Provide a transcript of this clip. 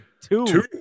Two